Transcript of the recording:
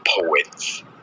poets